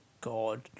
God